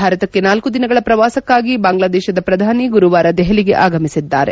ಭಾರತಕ್ಕೆ ನಾಲ್ಕು ದಿನಗಳ ಶ್ರವಾಸಕ್ಕಾಗಿ ಬಾಂಗ್ಲಾದೇಶದ ಶ್ರಧಾನಿ ಗುರುವಾರ ದೆಹಲಿಗೆ ಆಗಮಿಸಿದ್ದಾರೆ